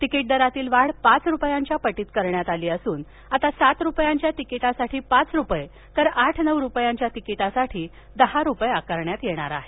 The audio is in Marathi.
तिकीटदरातील वाढ पाच रुपयांच्या पटीत करण्यात आली असून आता सात रुपयांच्या तिकिटासाठी पाच रुपये तर आठ नऊ रुपयांच्या तिकिटासाठी दहा रुपये आकारण्यात येणार आहेत